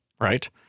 right